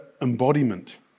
embodiment